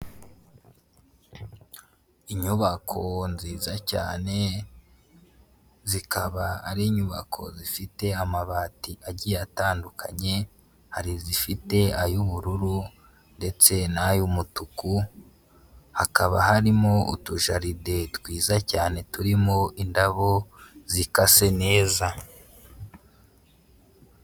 Inyubako nziza cyane zikaba ari inyubako zifite amabati agiye atandukanye, hari izifite ay'ubururu ndetse n'ay'umutuku hakaba harimo utujaride twiza cyane turimo indabo zikase neza.